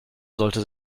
sollte